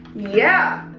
yeah.